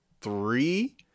three